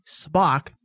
Spock